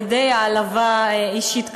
זה די העלבה אישית כלפיהם.